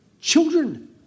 children